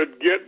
get